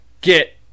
get